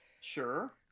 Sure